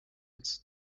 it’s